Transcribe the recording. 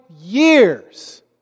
years